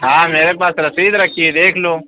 ہاں میرے پاس رسید رکھی ہے دیکھ لو